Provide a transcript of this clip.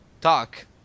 talk